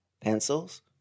pencils